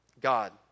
God